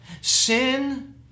Sin